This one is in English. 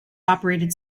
operated